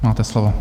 Máte slovo.